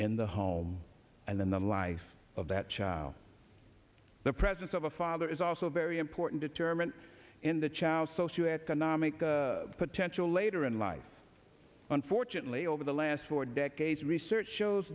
in the home and then the life of that child the presence of a father is also very important determinant in the child's socioeconomic potential late or in life unfortunately over the last four decades research shows